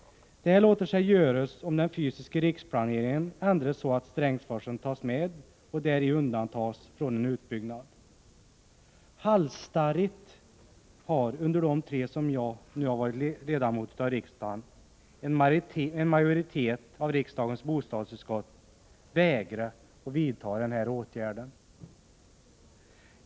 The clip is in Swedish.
Detta låter sig göras om den fysiska riksplaneringen ändras så att Strängsforsen tas med och däri undantas från en utbyggnad. Halsstarrigt har en majoritet av riksdagens bostadsutskott under de tre år jag nu varit ledamot av riksdagen vägrat att vidta denna åtgärd.